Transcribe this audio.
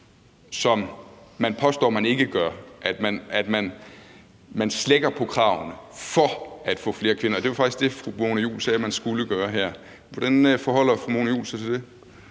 som man påstår man ikke gør, nemlig at man slækker på kravene for at få flere kvinder dér. Det var faktisk det, fru Mona Juul sagde man skulle gøre her. Hvordan forholder fru Mona Juul sig til det?